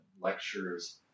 lectures